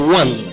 one